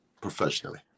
professionally